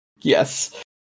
Yes